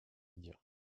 dire